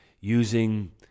using